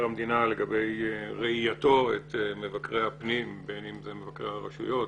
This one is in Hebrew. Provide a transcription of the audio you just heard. המדינה לגבי ראייתו את מבקרי הפנים בין אם אלה מבקרי הרשויות,